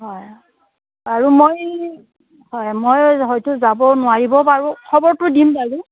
হয় আৰু মই হয় মই হয়তো যাব নোৱাৰিবও পাৰোঁ খবৰটো দিম বাৰু